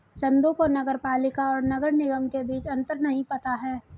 चंदू को नगर पालिका और नगर निगम के बीच अंतर नहीं पता है